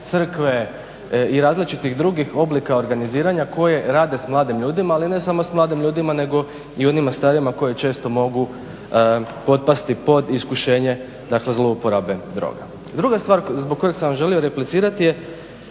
crkve i različitih drugih oblika organiziranja koje rade s mladim ljudima, ali ne samo s mladim ljudima nego i onim starijima koji često mogu potpasti pod iskušenje zlouporabe droga. Druga stvar zbog koje sam vam želio replicirati je,